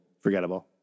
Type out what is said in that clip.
Forgettable